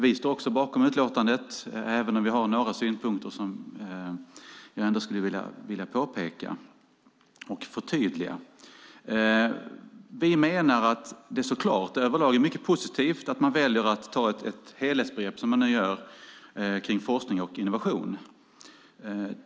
Också vi står bakom utlåtandet även om vi har några synpunkter som jag ändå skulle vilja påpeka och förtydliga. Vi menar att det överlag är mycket positivt att man väljer att ta ett helhetsgrepp, som man nu gör, kring forskning och innovation.